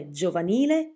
giovanile